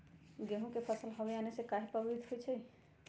गेंहू के फसल हव आने से काहे पभवित होई छई?